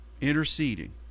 interceding